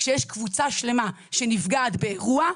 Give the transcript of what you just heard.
כשיש קבוצה שלמה שנפגעת באירוע,